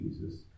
Jesus